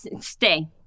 stay